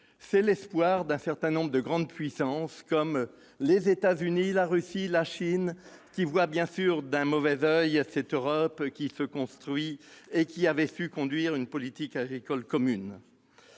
ce qu'espèrent un certain nombre de grandes puissances comme les États-Unis, la Russie ou la Chine, qui voient bien sûr d'un mauvais oeil se construire cette Europe, qui avait su conduire une politique agricole commune.